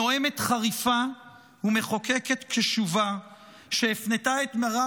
נואמת חריפה ומחוקקת קשובה שהפנתה את מרב